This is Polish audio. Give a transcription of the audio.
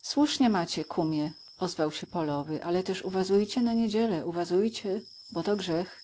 słusznie macie kumie ozwał się polowy ale też uwazujcie na niedzielę uwazujde bo to grzech